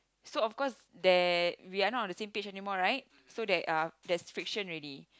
so of course there we are not on the same page anymore right so there are there's friction already